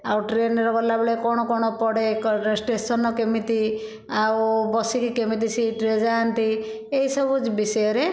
ଆଉ ଟ୍ରେନରେ ଗଲାବେଳେ କଣ କଣ ପଡ଼େ ଷ୍ଟେସନ କେମିତି ଆଉ ବସିକି କେମିତି ସିଟରେ ଯାଆନ୍ତି ଏଇ ସବୁ ବିଷୟରେ